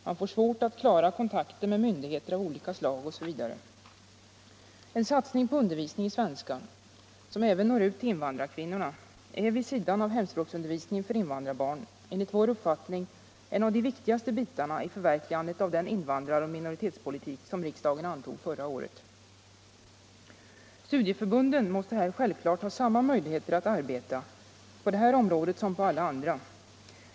De får svårt att klara kontakten med myndigheter av olika slag osv. En satsning på undervisning i svenska, som även når ut till invandrarkvinnorna, är vid sidan av hemspråksundervisningen för invandrarbarn enligt vår uppfattning en av de viktigaste bitarna i förverkligandet av den invandraroch minoritetspolitik som riksdagen antog förra året. Alla studieförbund måste självklart ha samma möjligheter att arbeta på detta område.